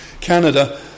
Canada